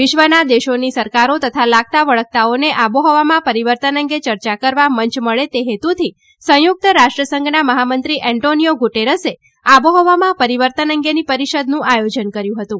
વિશ્વના દેશોની સરકારો તથા લાગતા વળગતાઓને આબોહવામાં પરિવર્તન અંગે ચર્ચા કરવા મંય મળે તે હેતુથી સંયુક્ત રાષ્ટ્રસંઘના મહામંત્રી એન્ટોનીઓ ગુટેરસે આબોહવામાં પરિવર્તન અંગેની પરિષદનું આયોજન કર્યું હતું